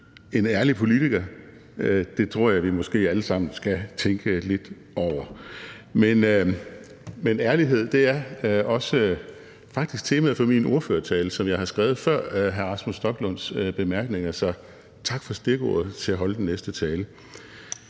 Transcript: en ærlig politiker! Det tror jeg måske vi alle sammen skal tænke lidt over. Men ærlighed er også faktisk temaet for min ordførertale, som jeg har skrevet før hr. Rasmus Stoklunds bemærkninger, så tak for stikordet til at holde den næste tale.